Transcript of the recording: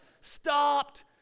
stopped